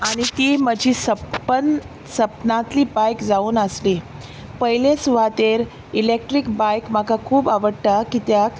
आनी ती म्हजी सपन सपनांतली बायक जावन आसली पयले सुवातेर इलॅक्ट्रीक बायक म्हाका खूब आवडटा कित्याक